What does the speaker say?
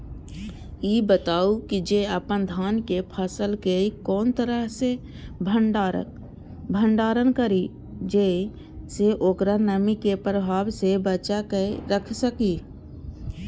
ई बताऊ जे अपन धान के फसल केय कोन तरह सं भंडारण करि जेय सं ओकरा नमी के प्रभाव सं बचा कय राखि सकी?